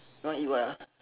no eat what ah